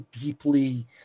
deeply